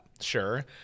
sure